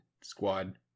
squad